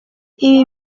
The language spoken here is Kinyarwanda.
ibi